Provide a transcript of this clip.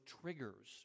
triggers